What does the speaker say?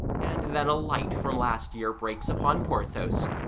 and then a light from last year breaks upon porthos.